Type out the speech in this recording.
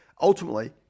ultimately